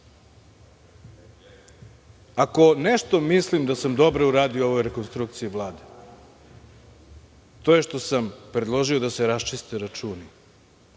nešto mislim da sam dobro uradio u ovoj rekonstrukciji Vlade to je što sam predložio da se raščiste računi.